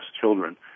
children